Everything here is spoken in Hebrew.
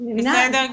בסדר גמור.